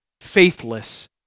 faithless